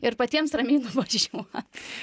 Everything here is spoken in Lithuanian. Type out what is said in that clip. ir patiems ramiai nuvažiuot